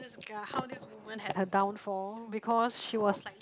this girl how this woman had her downfall because she was likely